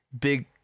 Big